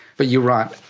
but you're right,